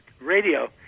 radio